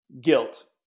guilt